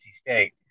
State